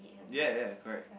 ya ya correct